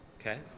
Okay